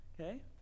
okay